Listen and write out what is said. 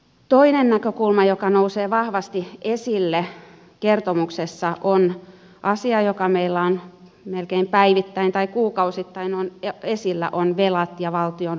toinen näkökulma joka nousee vahvasti esille kertomuksessa on asia joka meillä on melkein päivittäin tai kuukausittain esillä velat ja valtion vastuut